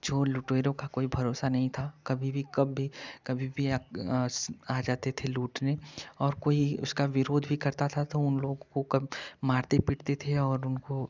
चोर लुटेरो का कोई भरोसा नहीं था कभी भी कभी कभी भी आ जाते थे लूटने और कोई उसका विरोध भी करता था तो उन लोगों को कब मारते पीटते थे और उनको